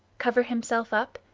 cover himself up,